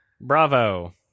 Bravo